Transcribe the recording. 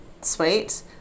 sweet